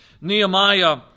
Nehemiah